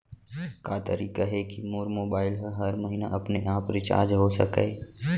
का तरीका हे कि मोर मोबाइल ह हर महीना अपने आप रिचार्ज हो सकय?